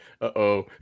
Uh-oh